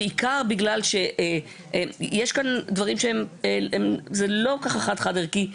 בגלל בעיקר שיש כאן דברים שהם לא כל כך חד-חד ערכי,